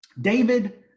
David